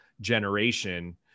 generation